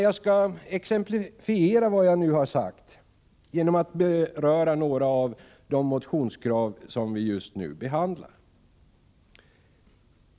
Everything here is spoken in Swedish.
Jag skall exemplifiera vad jag har sagt genom att beröra några av de motionskrav som vi nu behandlar.